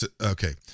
okay